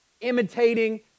imitating